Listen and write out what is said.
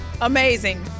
Amazing